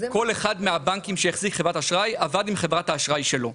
כל אחד מהבנקים שהחזיק חברת אשראי עבד עם חברת האשראי שלו.